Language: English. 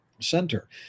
center